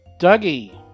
Dougie